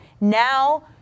Now